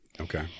Okay